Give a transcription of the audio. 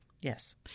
Yes